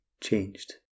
changed